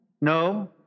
No